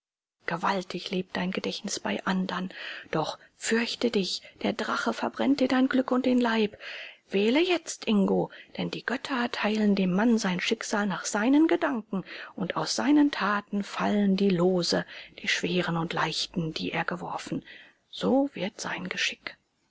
gewaltig lebt dein gedächtnis bei andern doch fürchte dich der drache verbrennt dir dein glück und den leib wähle jetzt ingo denn die götter teilen dem mann sein schicksal nach seinen gedanken und aus seinen taten fallen die lose die schweren und leichten wie er geworfen so wird sein geschick